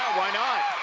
why not,